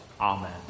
Amen